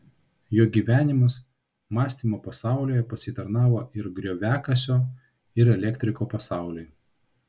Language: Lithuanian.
jo gyvenimas mąstymo pasaulyje pasitarnavo ir grioviakasio ir elektriko pasauliui